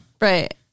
Right